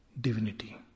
divinity